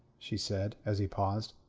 she said, as he paused.